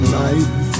life